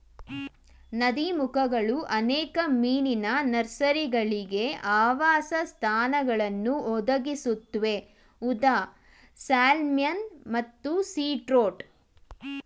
ನದೀಮುಖಗಳು ಅನೇಕ ಮೀನಿನ ನರ್ಸರಿಗಳಿಗೆ ಆವಾಸಸ್ಥಾನಗಳನ್ನು ಒದಗಿಸುತ್ವೆ ಉದಾ ಸ್ಯಾಲ್ಮನ್ ಮತ್ತು ಸೀ ಟ್ರೌಟ್